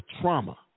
trauma